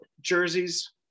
jerseys